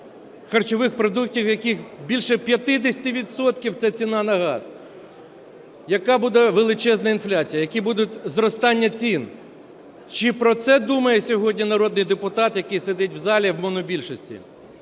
харчових продуктів, в яких більше 50 відсотків – це ціна на газ? Яка буде величезна інфляція, яке буде зростання цін! Чи про це думає сьогодні народний депутат, який сидить в залі в монобільшості?